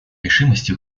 решимости